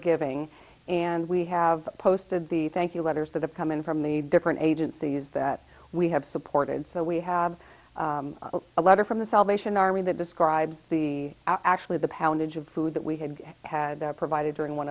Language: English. giving and we have posted the thank you letters that have come in from the different agencies that we have supported so we have a letter from the salvation army that describes the actually the poundage of food that we had had provided during one